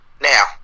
now